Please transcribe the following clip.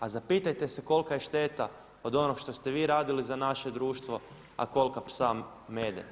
A zapitajte se kolika je šteta od onoga što ste vi radili za naše društvo, a kolika psa Mede?